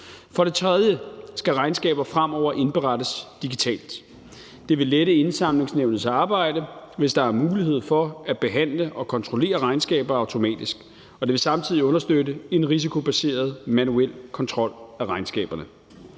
For det tredje skal regnskaber fremover indberettes digitalt. Det vil lette Indsamlingsnævnets arbejde, hvis der er mulighed for at behandle og kontrollere regnskaber automatisk, og det vil samtidig understøtte en risikobaseret manuel kontrol af regnskaberne.